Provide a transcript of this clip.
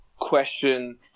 question